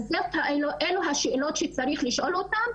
אז אלה השאלות שאנחנו צריכים לשאול אותם,